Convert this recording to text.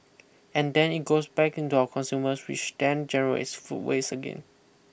and then it goes back into our consumers which then generates food waste again